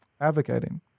advocating